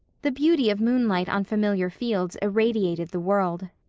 the beauty of moonlight on familiar fields irradiated the world.